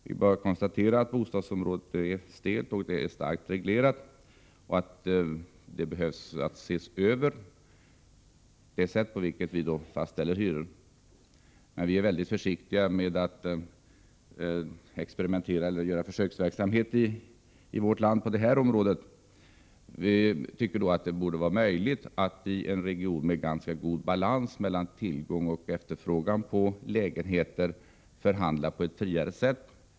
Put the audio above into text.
Vi kan konstatera att bostadsområdet är starkt reglerat och att det sätt på vilket vi fastställer hyror bör ses över. Vi är emellertid i vårt land mycket försiktiga med att experimentera eller bedriva försöksverksamhet på det här området. Från centerns sida tycker vi att det borde vara möjligt att i en region med ganska god balans mellan tillgång och efterfrågan på lägenheter förhandla på ett friare sätt.